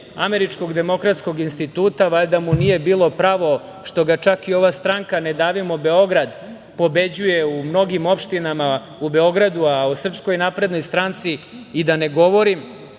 Američkog demokratskog instituta, valjda mu nije bilo pravo što ga čak i ova stranka Ne davimo Beograd pobeđuje u mnogim opštinama u Beogradu, a o SNS i da ne govorim,